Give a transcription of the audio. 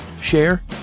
share